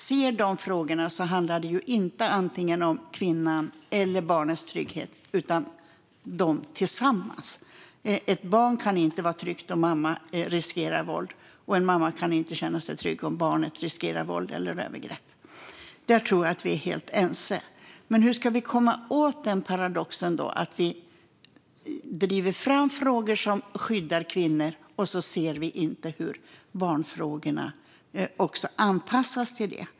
Dessa frågor handlar inte om antingen kvinnans eller barnets trygghet utan om dem tillsammans. Ett barn kan inte vara tryggt om mamman riskerar att utsättas för våld, och en mamma kan inte känna sig trygg om barnet riskerar att utsättas för våld eller övergrepp. Jag tror att vi är helt ense om det. Men hur ska vi komma åt paradoxen att vi driver fram frågor som skyddar kvinnor men inte ser hur barnfrågorna anpassas till det?